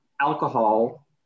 alcohol